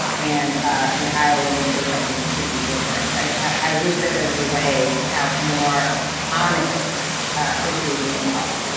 and in iowa, you say something completely different. i wish that there was a way to have more honest history being taught.